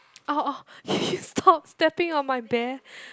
oh oh can you stop stepping on my bare